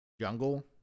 jungle